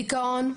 דיכאון,